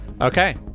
Okay